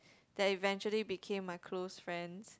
that eventually became my close friends